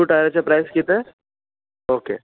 two टायराचे price कितें okay